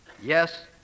Yes